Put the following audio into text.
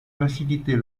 faciliter